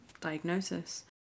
diagnosis